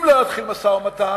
אם לא יתחיל משא-ומתן,